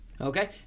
Okay